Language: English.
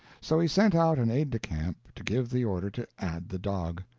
so he sent out an aide-de-camp to give the order to add the dog.